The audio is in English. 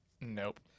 Nope